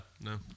no